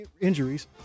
injuries